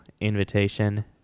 invitation